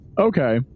Okay